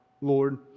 Lord